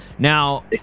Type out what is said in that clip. Now